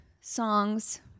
songs